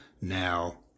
Now